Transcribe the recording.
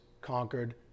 conquered